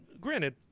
granted